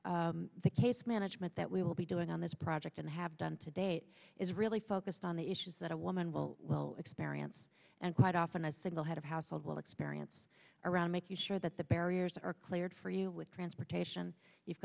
meetings the case management that we will be doing on this project and have done today is really focused on the issues that a woman will well experience and quite often a single head of household will experience around making sure that the barriers are cleared for you with transportation you've